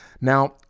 Now